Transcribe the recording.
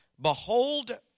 Behold